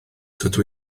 dydw